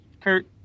Kurt